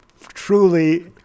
truly